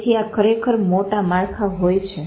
તેથી આ ખરેખર મોટા માળખા હોય છે